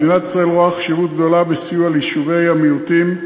מדינת ישראל רואה חשיבות רבה בסיוע ליישובי המיעוטים,